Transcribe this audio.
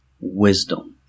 wisdom